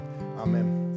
Amen